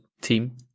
team